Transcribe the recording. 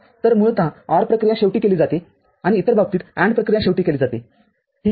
तर मूळत OR प्रक्रिया शेवटी केली जाते आणि इतर बाबतीत AND प्रक्रिया शेवटी केली जातेठीक आहे